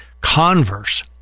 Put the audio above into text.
Converse